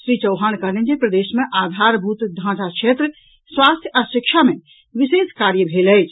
श्री चौहान कहलनि जे प्रदेश मे आधारभूत ढांचा क्षेत्र स्वास्थ्य आ शिक्षा मे विशेष कार्य भेल अछि